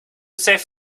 save